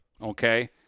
okay